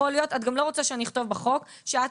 את גם לא רוצה שיהיה כתוב בחוק שאת